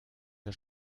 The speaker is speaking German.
der